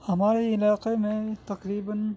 ہمارے علاقے میں تقریباً